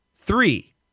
Three